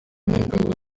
n’ingabo